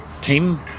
team